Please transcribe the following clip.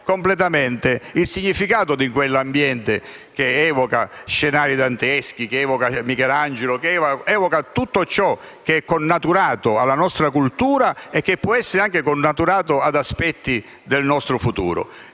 completamente il significato di quell'ambiente, che evoca scenari danteschi, che evoca Michelangelo e tutto ciò che è connaturato alla nostra cultura e che può anche essere connaturato ad aspetti del nostro futuro.